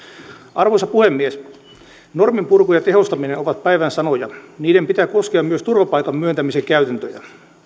arvoisa puhemies normien purku ja tehostaminen ovat päivän sanoja niiden pitää koskea myös turvapaikan myöntämisen käytäntöjä